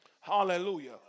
Hallelujah